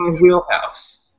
wheelhouse